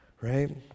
right